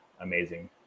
amazing